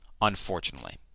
unfortunately